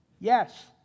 Yes